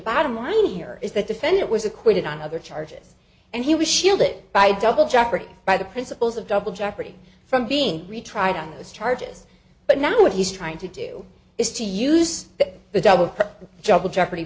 bottom line here is that defendant was acquitted on other charges and he was shielded by double jeopardy by the principles of double jeopardy from being retried on those charges but now what he's trying to do is to use the double double jeopardy